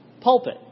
pulpit